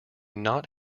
not